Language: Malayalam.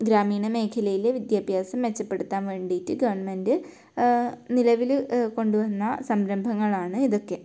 ഗ്രാമീണ മേഖലയിൽ വിദ്യാഭ്യാസം മെച്ചപ്പെടുത്താൻ വേണ്ടിയിട്ട് ഗവൺമെൻറ്റ് നിലവിൽ കൊണ്ട് വന്ന സംരംഭങ്ങളാണ് ഇതൊക്കെ